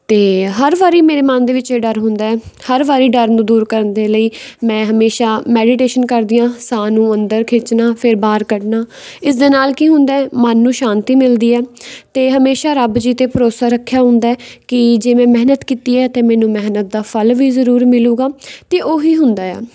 ਅਤੇ ਹਰ ਵਾਰੀ ਮੇਰੇ ਮਨ ਦੇ ਵਿੱਚ ਇਹ ਡਰ ਹੁੰਦਾ ਹੈ ਹਰ ਵਾਰੀ ਡਰ ਨੂੰ ਦੂਰ ਕਰਨ ਦੇ ਲਈ ਮੈਂ ਹਮੇਸ਼ਾ ਮੈਡੀਟੇਸ਼ਨ ਕਰਦੀ ਹਾਂ ਸਾਹ ਨੂੰ ਅੰਦਰ ਖਿੱਚਣਾ ਫਿਰ ਬਾਹਰ ਕੱਢਣਾ ਇਸ ਦੇ ਨਾਲ ਕੀ ਹੁੰਦਾ ਹੈ ਮਨ ਨੂੰ ਸ਼ਾਂਤੀ ਮਿਲਦੀ ਹੈ ਅਤੇ ਹਮੇਸ਼ਾ ਰੱਬ ਜੀ 'ਤੇ ਭਰੋਸਾ ਰੱਖਿਆ ਹੁੰਦਾ ਹੈ ਕਿ ਜੇ ਮੈਂ ਮਿਹਨਤ ਕੀਤੀ ਹੈ ਤਾਂ ਮੈਨੂੰ ਮਿਹਨਤ ਦਾ ਫਲ ਵੀ ਜ਼ਰੂਰ ਮਿਲੇਗਾ ਅਤੇ ਉਹੀ ਹੁੰਦਾ ਆ